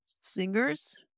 singers